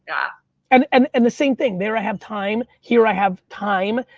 ah and and and the same thing, there i have time, here i have time,